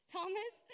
Thomas